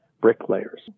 bricklayers